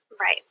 Right